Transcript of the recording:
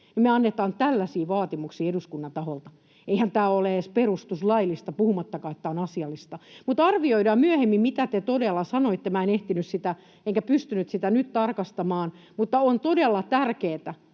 me annetaan tällaisia vaatimuksia eduskunnan taholta. Eihän tämä ole edes perustuslaillista, puhumattakaan, että tämä olisi asiallista. Mutta arvioidaan myöhemmin, mitä te todella sanoitte, minä en ehtinyt enkä pystynyt sitä nyt tarkastamaan. On todella tärkeätä,